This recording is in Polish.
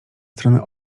strony